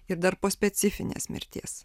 ir dar po specifinės mirties